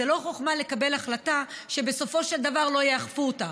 זו לא חוכמה לקבל החלטה שבסופו של דבר לא יאכפו אותה.